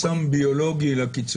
אבל אין חסם ביולוגי לקיצור,